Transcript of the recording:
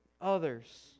others